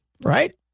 Right